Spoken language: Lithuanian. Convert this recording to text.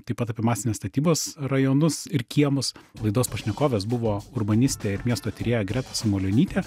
taip pat apie masines statybas rajonus ir kiemus laidos pašnekovės buvo urbanistė ir miesto tyrėja greta samulionytė